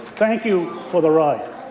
thank you for the ride.